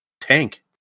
tank